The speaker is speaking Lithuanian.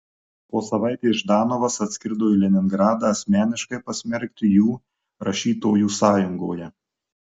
po savaitės ždanovas atskrido į leningradą asmeniškai pasmerkti jų rašytojų sąjungoje